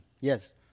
yes